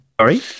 Sorry